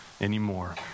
anymore